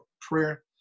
prayer